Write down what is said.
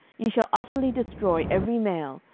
ye shall utterly destroy every male,